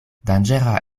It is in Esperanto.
danĝera